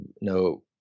no